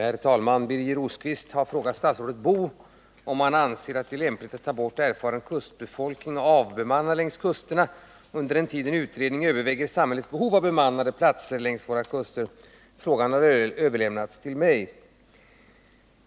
Herr talman! Birger Rosqvist har frågat statsrådet Boo om han anser att det är lämpligt att ta bort erfaren kustbefolkning och avbemanna längs kusterna under den tid en utredning överväger samhällets behov av bemannade platser längs våra kuster. Frågan har överlämnats till mig.